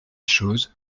choses